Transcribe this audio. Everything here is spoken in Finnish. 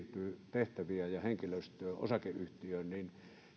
tehtäviä ja henkilöstöä siirtyy osakeyhtiöön niin